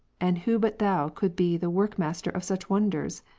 and who but thou could be the workmaster of such won ders?